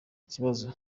kibazo